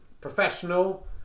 professional